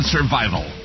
Survival